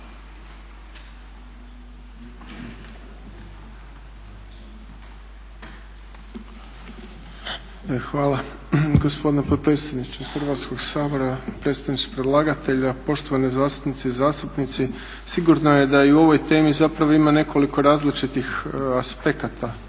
Hvala. Gospodine potpredsjedniče Hrvatskog sabora, predstavnici predlagatelja, poštovane zastupnice i zastupnici. Sigurno je da i u ovoj temi zapravo ima nekoliko različitih aspekata